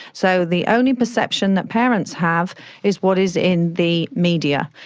so the only perception that parents have is what is in the media,